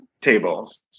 tables